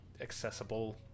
accessible